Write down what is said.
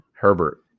Herbert